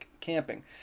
camping